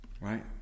Right